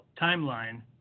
timeline